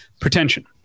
pretension